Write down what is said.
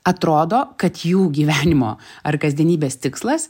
atrodo kad jų gyvenimo ar kasdienybės tikslas